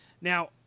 Now